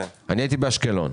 אני הייתי באשקלון.